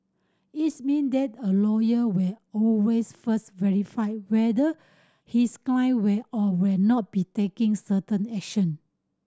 it's mean that a lawyer will always first verify whether his client will or will not be taking certain action